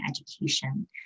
education